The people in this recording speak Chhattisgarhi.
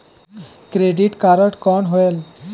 क्रेडिट कारड कौन होएल?